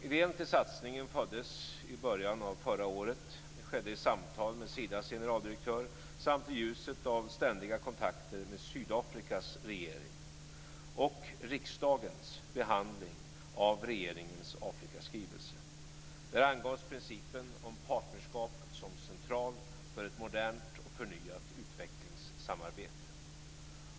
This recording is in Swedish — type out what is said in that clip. Idén till satsningen föddes i början av förra året. Det skedde i samtal med Sidas generaldirektör samt i ljuset av ständiga kontakter med Sydafrikas regering och riksdagens behandling av regeringens Afrikaskrivelse. Där angavs principen om partnerskap som centralt för ett modernt och förnyat utvecklingssamarbete.